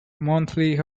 monthly